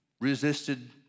resisted